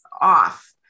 off